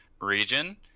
region